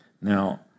Now